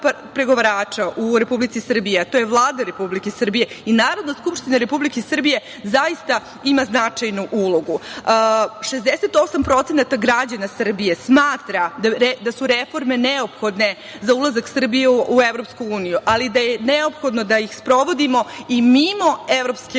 pregovarača u Republici Srbiji, a to je Vlada Republike Srbije, i Narodna skupština Republike Srbije zaista ima značajnu ulogu. Naime, 68% građana Srbije smatra da su reforme neophodne za ulazak Srbije u EU, ali da je neophodno da ih sprovodimo i mimo EU.